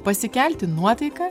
pasikelti nuotaiką